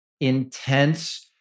intense